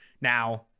Now